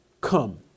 come